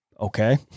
okay